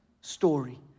story